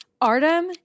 Artem